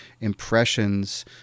impressions